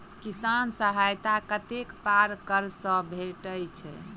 किसान सहायता कतेक पारकर सऽ भेटय छै?